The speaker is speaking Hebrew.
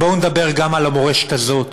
אז בואו נדבר גם על המורשת הזאת,